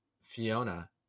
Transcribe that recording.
Fiona